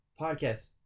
podcast